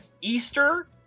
Easter